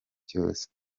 byose